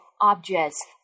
objects